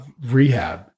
rehab